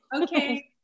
Okay